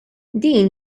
din